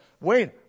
wait